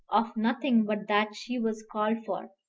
of nothing but that she was called for,